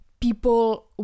people